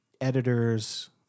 editors